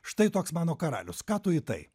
štai toks mano karalius ką tu į tai